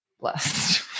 blessed